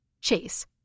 Chase